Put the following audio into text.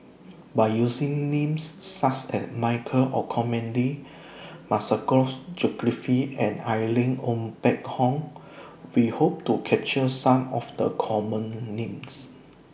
By using Names such as Michael Olcomendy Masagos Zulkifli and Irene Ng Phek Hoong We Hope to capture Some of The Common Names